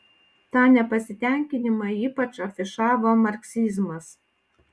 tą nepasitenkinimą ypač afišavo marksizmas